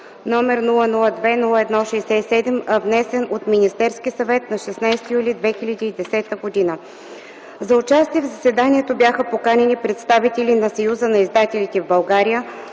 № 002-01-67, внесен от Министерския съвет на 16 юли 2010 г. За участие в заседанието бяха поканени представители на Съюза на издателите в България,